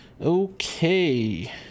Okay